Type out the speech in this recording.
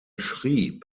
schrieb